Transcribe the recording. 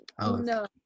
no